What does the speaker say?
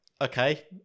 Okay